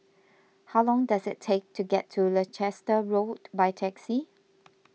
how long does it take to get to Leicester Road by taxi